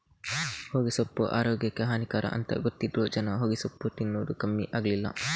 ಹೊಗೆಸೊಪ್ಪು ಆರೋಗ್ಯಕ್ಕೆ ಹಾನಿಕರ ಅಂತ ಗೊತ್ತಿದ್ರೂ ಜನ ಹೊಗೆಸೊಪ್ಪು ತಿನ್ನದು ಕಮ್ಮಿ ಆಗ್ಲಿಲ್ಲ